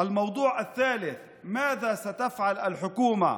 הנושא השלישי, מה תעשה הממשלה